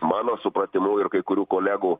mano supratimu ir kai kurių kolegų